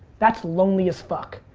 that's lonely as fuck.